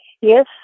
Yes